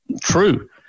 true